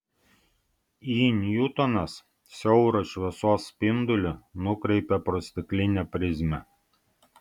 i niutonas siaurą šviesos spindulį nukreipė pro stiklinę prizmę